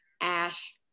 Ash